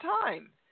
time